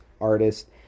artist